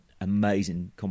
amazing